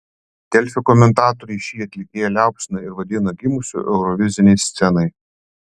delfi komentatoriai šį atlikėją liaupsina ir vadina gimusiu eurovizinei scenai